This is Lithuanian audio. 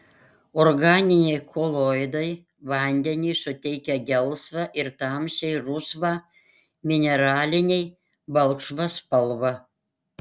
organiniai koloidai vandeniui suteikia gelsvą ir tamsiai rusvą mineraliniai balkšvą spalvą